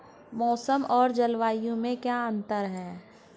मौसम और जलवायु में क्या अंतर?